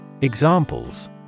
Examples